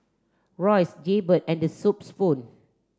Royce Jaybird and The Soup Spoon